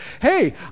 Hey